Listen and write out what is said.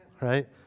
right